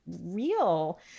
real